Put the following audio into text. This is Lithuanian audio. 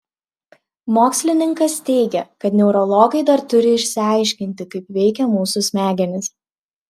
mokslininkas teigia kad neurologai dar turi išaiškinti kaip veikia mūsų smegenys